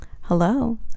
hello